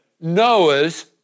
Noah's